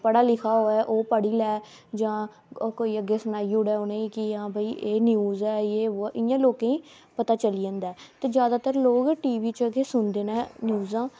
पढ़ा लिखा होऐ ओह् पढ़ी लै जां कोई अग्गें सनाई ओड़े उ'नें ई कि आं भई एह् न्यूज़ ऐ जो वो ऐ इ'यां लोकें ई पता चली जंदा ऐ ते जादातर लोग टी वी च गै सुनदे न न्यूज़ां